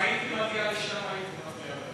אם הייתי מגיע לשם הייתי מצביע בעד.